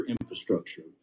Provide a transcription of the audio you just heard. infrastructure